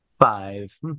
five